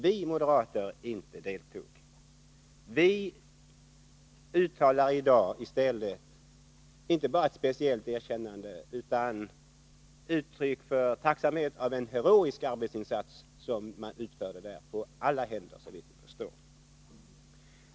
Vi ger i stället i dag inte bara ett speciellt erkännande åt personalen, utan vi uttrycker också tacksamhet för den heroiska arbetsinsats som man då utförde på alla händer, såvitt vi förstår.